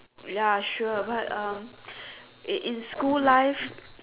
ya sure but uh in in school life